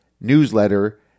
newsletter